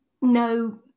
no